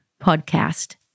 podcast